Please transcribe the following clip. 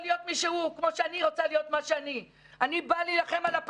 קשה להפעיל את העסק במודל דומה למה שהיה בסגר הראשון שבו